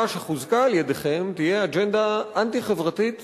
שחוזקה על-ידיכם תהיה אג'נדה אנטי-חברתית